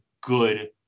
good